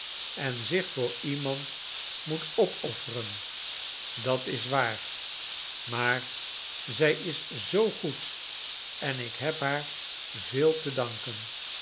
en zich voor iemand moet opofferen dat is waar maar zij is zoo goed en ik heb haar veel te danken